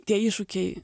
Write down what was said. tie iššūkiai